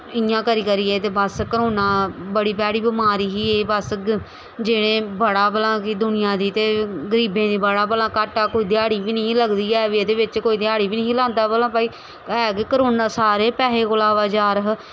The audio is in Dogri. इ'यां करी करियै ते बस करोना बड़ी भैड़ी बमारी ही बस जि'नें बड़ा भला दुनियां दा ते गरीबें गा बड़ा भला घाट्टा कोई ध्याढ़ी बी नेईं ही लगदी एह्दे बिच्च कोई ध्याढ़ी बी नेईं हा लांदे भला ऐ गै करो सारे पैसे कोला अवाचार हे